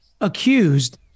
accused